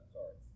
sorry